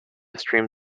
stream